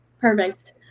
perfect